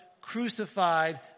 crucified